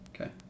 Okay